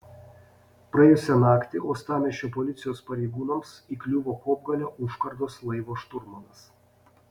praėjusią naktį uostamiesčio policijos pareigūnams įkliuvo kopgalio užkardos laivo šturmanas